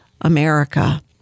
America